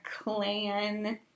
clan